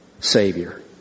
Savior